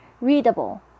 readable